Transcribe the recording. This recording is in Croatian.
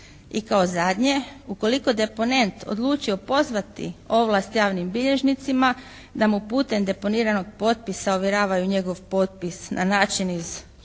I kao zadnje ukoliko deponent odlučio pozvati ovlast javnim bilježnicima da mu putem deponiranog potpisa ovjeravaju njegov potpis na način iz stavka